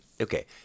Okay